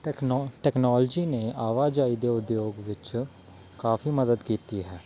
techno technology ਨੇ ਆਵਾਜਾਈ ਦੇ ਉਦਯੋਗ ਵਿੱਚ ਕਾਫ਼ੀ ਮਦਦ ਕੀਤੀ ਹੈ